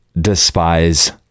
despise